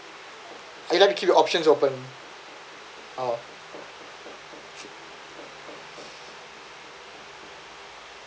ah you like to keep your options open